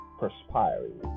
perspiring